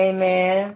Amen